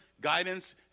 guidance